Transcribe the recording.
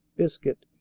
biscuit,